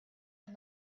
and